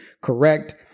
correct